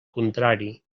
contrari